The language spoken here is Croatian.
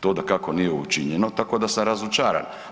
To dakako nije učinjeno tako da sam razočaran.